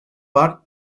park